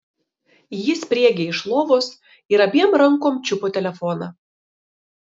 ji spriegė iš lovos ir abiem rankom čiupo telefoną